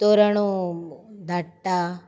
तोरण धाडटा